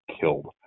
killed